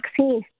vaccine